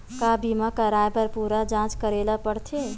का बीमा कराए बर पूरा जांच करेला पड़थे?